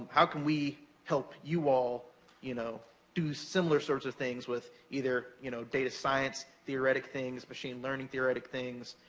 how can we help you all you know do similar sorts of things with either you know data science, theoretic things, machine learning theoretic things,